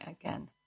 again